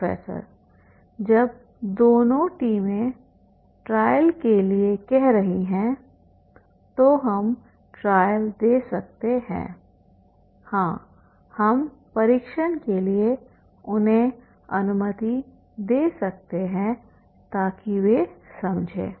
professor जब दोनों टीमें ट्रायल के लिए कह रही हैंतो हम ट्रायल दे सकते हैं हाँ हम परीक्षण के लिए उन्हें अनुमति दे सकते हैं ताकि वे समझें